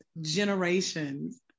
generations